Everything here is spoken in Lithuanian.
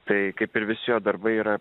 taip kaip ir visi darbai yra